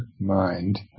mind